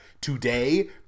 today